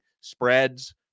spreads